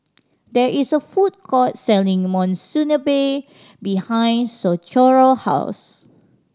there is a food court selling Monsunabe behind Socorro house